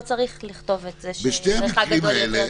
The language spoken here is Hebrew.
לא צריך לכתוב את זה שזה מרחק גדול יותר,